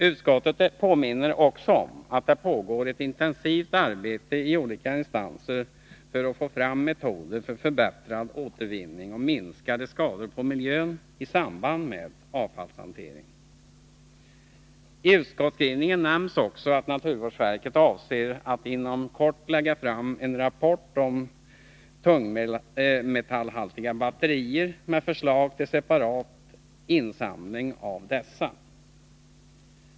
Utskottet påminner också om att det pågår ett intensivt arbete i olika instanser för att få fram metoder för förbättrad återvinning och minskade skador på miljön i samband med avfallshantering. Tutskottsskrivningen nämns också att naturvårdsverket avser att inom kort lägga fram en rapport om tungmetallhaltiga batterier, med förslag till separat insamling av dessa.